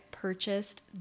Purchased